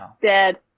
Dead